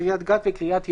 קרית גת וקרית יערים.